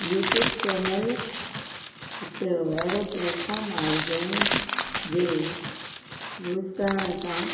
YouTube channel हिकु अहिड़ो platform आहे जंहिं जे यूज़ करण सां